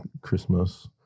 Christmas